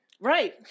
Right